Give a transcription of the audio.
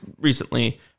recently